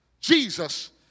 Jesus